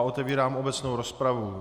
Otevírám obecnou rozpravu.